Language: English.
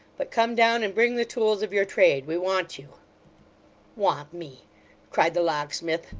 but come down, and bring the tools of your trade. we want you want me cried the locksmith,